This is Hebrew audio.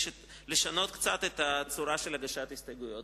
לשנות קצת את הצורה של הגשת הסתייגויות.